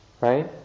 Right